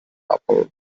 apart